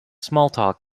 smalltalk